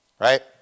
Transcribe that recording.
right